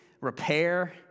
repair